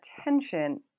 attention